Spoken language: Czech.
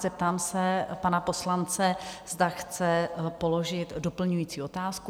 Zeptám se pana poslance, zda chce položit doplňující otázku?